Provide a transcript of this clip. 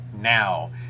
now